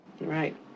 Right